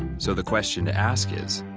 so the question to ask is,